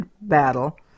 battle